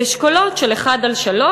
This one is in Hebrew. באשכולות 1 3,